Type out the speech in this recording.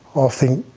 i think